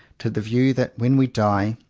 to the view that, when we die,